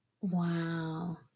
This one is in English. Wow